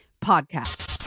podcast